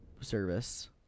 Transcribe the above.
service